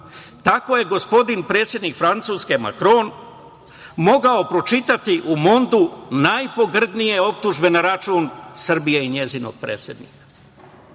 Tako je gospodin predsednik Francuske, Makron, mogao pročitati u „Mondu“ najpogrdnije optužbe na račun Srbije i njenog predsednika. Ne